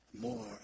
more